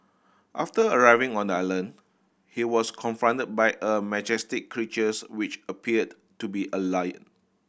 after arriving on the island he was confronted by a majestic creatures which appeared to be a lion